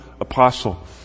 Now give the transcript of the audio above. apostle